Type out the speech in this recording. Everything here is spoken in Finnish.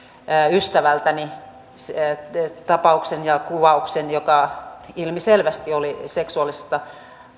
ystävältäni tapauksen ja kuvauksen joka ilmiselvästi oli seksuaalista